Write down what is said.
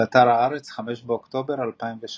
באתר הארץ, 5 באוקטובר 2017